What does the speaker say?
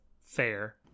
fair